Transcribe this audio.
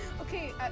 Okay